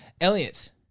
Elliot